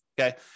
okay